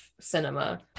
cinema